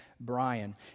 Brian